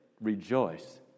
Rejoice